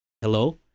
Hello